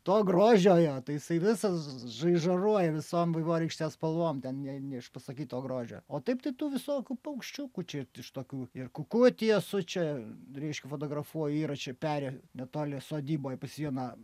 to grožio jo tai jisai visas žaižaruoja visom vaivorykštės spalvom ten ne neišpasakyto grožio o taip tai tų visokių paukščiukų čia iš tokių ir kukuotį esu čia reiškia fotografuoju yra čia peri netoli sodyboj pas vieną